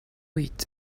eat